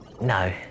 No